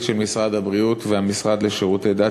של משרד הבריאות והמשרד לשירותי דת,